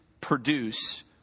produce